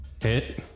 Hit